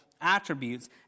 attributes